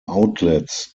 outlets